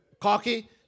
cocky